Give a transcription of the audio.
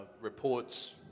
reports